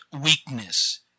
weakness